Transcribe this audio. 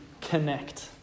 connect